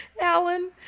Alan